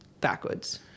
backwards